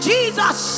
Jesus